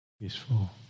peaceful